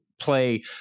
play